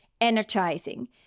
energizing